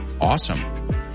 Awesome